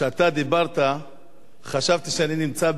כשאתה דיברת חשבתי שאני נמצא בשווייץ,